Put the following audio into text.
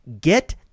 Get